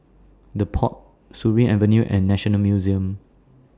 The Pod Surin Avenue and National Museum